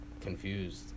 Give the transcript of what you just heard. confused